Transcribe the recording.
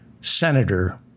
senator